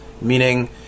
meaning